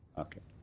okay.